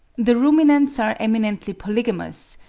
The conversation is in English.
the ruminants are eminently polygamous,